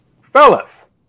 Fellas